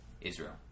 Israel